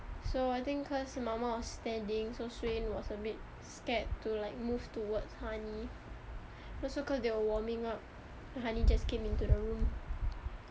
so I think cause mama was standing so swain was a bit scared to like move towards honey also cause they were warming up honey just came into the room